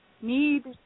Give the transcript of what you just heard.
need